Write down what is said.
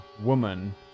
woman